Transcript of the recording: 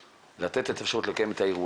ולתת את האפשרות לקיים את האירועים.